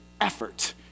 effort